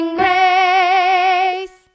grace